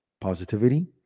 positivity